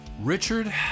Richard